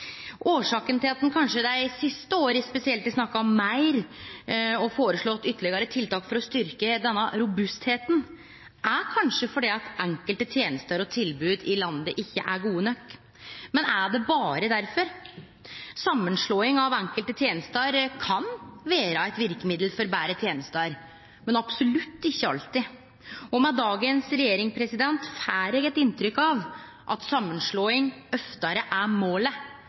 Årsaka til at ein spesielt dei siste åra har snakka meir og føreslått ytterlegare tiltak for å styrkje denne robustheita, er kanskje at enkelte tenester og tilbod i landet ikkje er gode nok. Men er det berre difor? Samanslåing av enkelte tenester kan vere eit verkemiddel for betre tenester, men absolutt ikkje alltid. Med dagens regjering får eg eit inntrykk av at samanslåing oftare er målet